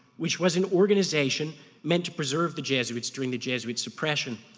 which was an organization meant to preserve the jesuits during the jesuit suppression,